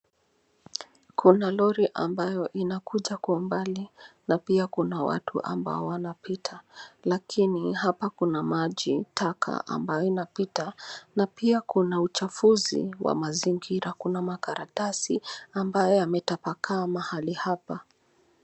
Kuna lori ambayo inakuja kwa umbali, na pia kuna watu ambao wanapita, lakini hapa kuna maji taka ambayo inapita. Na pia kuna uchafuzi wa mazingira, kuna makaratasi ambayo yametapakaa mahali hapa.